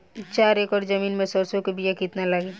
चार एकड़ जमीन में सरसों के बीया कितना लागी?